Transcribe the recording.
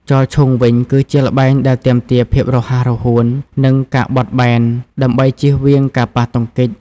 ចោលឈូងវិញ គឺជាល្បែងដែលទាមទារភាពរហ័សរហួន និងការបត់បែន ដើម្បីចៀសវាងការប៉ះទង្គិច។